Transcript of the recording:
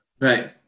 right